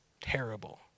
terrible